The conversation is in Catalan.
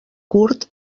curt